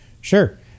Sure